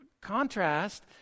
contrast